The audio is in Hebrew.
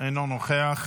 אינו נוכח.